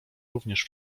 również